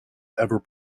ever